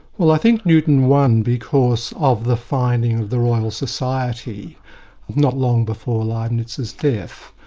well i think newton won because of the finding of the royal society not long before leibnitz's death,